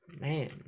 Man